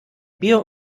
bier